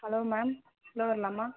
hello ma'am உள்ளே வரலாமா